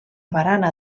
barana